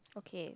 okay